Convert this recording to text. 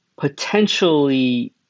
potentially